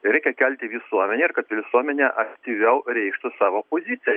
reikia kelti visuomenę ir kad visuomenė aktyviau reikštų savo poziciją